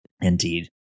Indeed